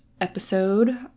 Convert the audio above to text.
episode